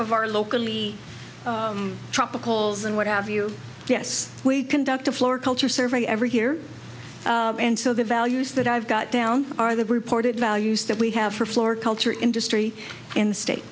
of our local tropicals and what have you yes we conduct a floor culture survey every year and so the values that i've got down are the reported values that we have for floor culture industry in the state